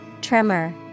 Tremor